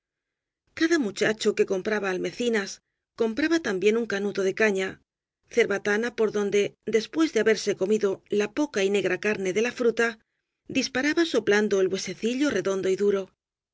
cada muchacho que compraba almecinas compraba también un canuto de caña cerbatana por donde después de haberse comido la poca y negra carne de la fruta disparaba soplando el huesecillo re dondo y duro